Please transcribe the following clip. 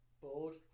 bored